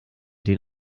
den